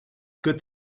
good